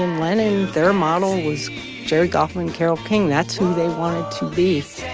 and lennon. their model was gerry goffin, carole king. that's who they wanted to be.